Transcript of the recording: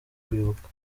kwibuka